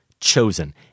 chosen